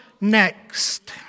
next